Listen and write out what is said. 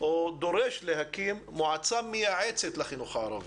או דורש להקים מועצה מייעצת לחינוך הערבי,